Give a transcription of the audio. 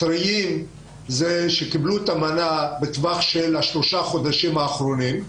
אלה שקיבלו את המנה בטווח שלושת החודשים האחרונים,